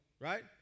right